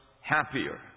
happier